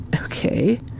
okay